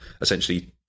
essentially